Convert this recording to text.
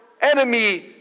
enemy